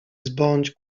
zbądź